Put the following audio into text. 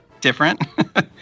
different